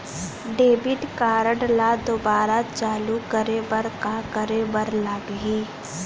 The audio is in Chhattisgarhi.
डेबिट कारड ला दोबारा चालू करे बर का करे बर लागही?